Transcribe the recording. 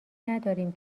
نداریم